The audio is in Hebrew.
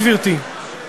גברתי?